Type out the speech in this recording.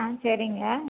ஆ சரிங்க